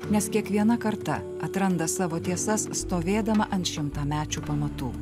nes kiekviena karta atranda savo tiesas stovėdama ant šimtamečių pamatų